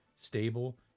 stable